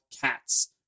cats